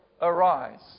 arise